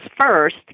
First